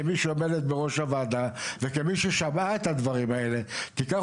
כמי שיושבת בראש הוועדה הזו וכמי ששמעה את הדברים האלה תיקח